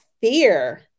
fear